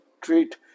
treat